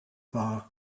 bar